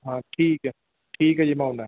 ਹਾਂ ਠੀਕ ਹੈ ਠੀਕ ਹੈ ਜੀ ਮੈਂ ਆਉਂਦਾ